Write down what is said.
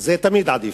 זה תמיד עדיף,